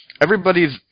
everybody's